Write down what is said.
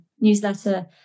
newsletter